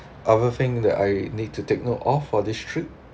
other thing that I need to take note of for this trip